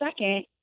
second